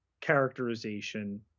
characterization